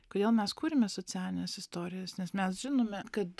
kodėl mes kūrėme socialines istorijas nes mes žinome kad